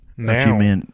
Now